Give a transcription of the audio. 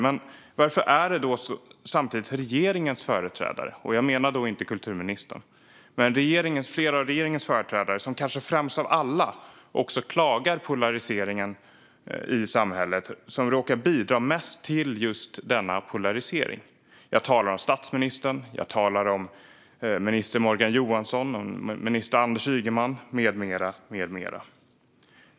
Men varför är det samtidigt flera av regeringens företrädare - inte kulturministern - som främst av alla klagar på polariseringen i samhället som ändå råkar bidra mest till denna? Jag talar om statsministern, minister Morgan Johansson och minister Anders Ygeman med flera.